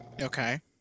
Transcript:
Okay